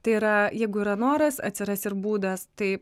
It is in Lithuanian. tai yra jeigu yra noras atsiras ir būdas tai